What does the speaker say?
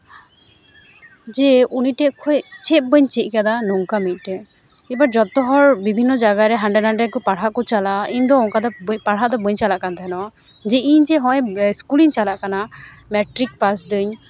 ᱡᱮ ᱩᱱᱤ ᱴᱷᱮᱱ ᱠᱷᱚᱱ ᱪᱮᱫ ᱵᱟᱹᱧ ᱪᱮᱫ ᱠᱟᱫᱟ ᱱᱚᱝᱠᱟ ᱢᱤᱫᱴᱮᱡ ᱮᱵᱟᱨ ᱡᱷᱚᱛᱚ ᱦᱚᱲ ᱵᱤᱵᱷᱤᱱᱱᱚ ᱡᱟᱭᱜᱟ ᱨᱮ ᱦᱟᱸᱰᱮᱱᱟᱸᱰᱮ ᱯᱟᱲᱦᱟᱣ ᱠᱚ ᱪᱟᱞᱟᱜᱼᱟ ᱤᱧ ᱫᱚ ᱚᱝᱠᱟ ᱫᱚ ᱯᱟᱲᱦᱟᱣ ᱫᱚ ᱵᱟᱹᱧ ᱪᱟᱞᱟᱜ ᱠᱟᱱ ᱛᱟᱦᱮᱱᱚᱜ ᱡᱮ ᱤᱧ ᱡᱮ ᱦᱚᱸᱜᱼᱚᱭ ᱤᱥᱠᱩᱞᱤᱧ ᱪᱟᱞᱟᱜ ᱠᱟᱱᱟ ᱢᱮᱴᱨᱤᱠ ᱯᱟᱥ ᱫᱟᱹᱧ